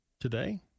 today